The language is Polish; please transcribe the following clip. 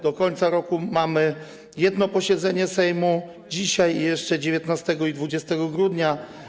Do końca roku mamy jedno posiedzenie Sejmu: dzisiaj i jeszcze 19 i 20 grudnia.